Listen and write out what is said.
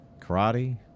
karate